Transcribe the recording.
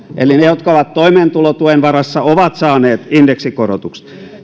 eli ne jotka ovat toimeentulotuen varassa ovat saaneet indeksikorotukset